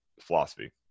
philosophy